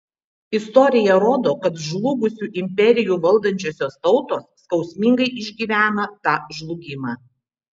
istorija rodo kad žlugusių imperijų valdančiosios tautos skausmingai išgyvena tą žlugimą